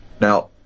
Now